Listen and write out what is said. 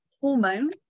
hormone